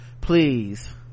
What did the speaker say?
please